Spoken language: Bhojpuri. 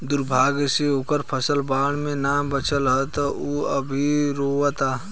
दुर्भाग्य से ओकर फसल बाढ़ में ना बाचल ह त उ अभी रोओता